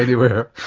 anywhere,